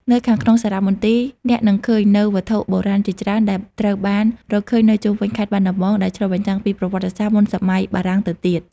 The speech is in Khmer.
នៅខាងក្នុងសារមន្ទីរ អ្នកនឹងឃើញនូវវត្ថុបុរាណជាច្រើនដែលត្រូវបានរកឃើញនៅជុំវិញខេត្តបាត់ដំបង ដែលឆ្លុះបញ្ចាំងពីប្រវត្តិសាស្ត្រមុនសម័យបារាំងទៅទៀត។